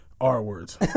r-words